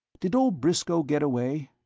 did old briscoe get away?